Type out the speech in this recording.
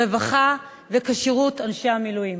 רווחה וכשירות אנשי המילואים.